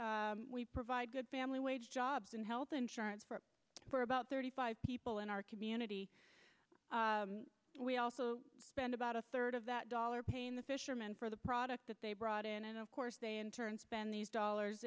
employees we provide good family wage jobs and health insurance for for about thirty five people in our community we also spend about a third of that dollar pain the fishermen for the product that they brought in and of course they in turn spend these dollars